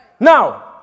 Now